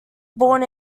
born